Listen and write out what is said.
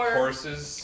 horses